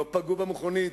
לא פגעו במכונית,